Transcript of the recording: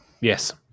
Yes